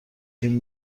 این